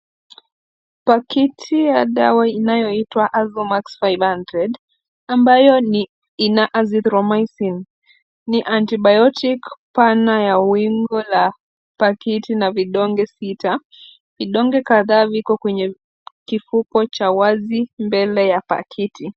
Pakiti ya dawa inayoitwa azomax five hundred ambayo ina azitromycine ni antibiotic pana ya wingo ya la pakiti na vidonge sita, vidonge kadhaa viko Kwa kifuko cha wazi mbele ya pakiti.